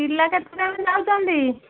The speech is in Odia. ପିଲା କେତେଜଣ ଯାଉଛନ୍ତି